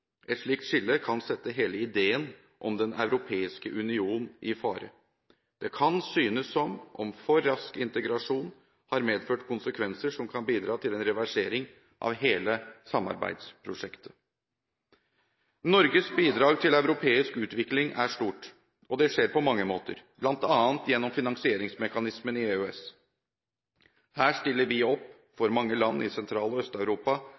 Et slikt skille kan sette hele ideen om Den europeiske union i fare. Det kan synes som om en for rask integrasjon har medført konsekvenser som kan bidra til en reversering av hele samarbeidsprosjektet. Norges bidrag til europeisk utvikling er stort, og det skjer på mange måter, bl.a. gjennom finansieringsmekanismen i EØS. Her stiller vi opp for mange land i Sentral- og